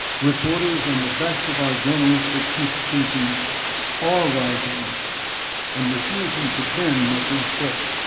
reporters and the best of our journalistic institutions are rising and refusing to bend much less break.